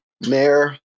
Mayor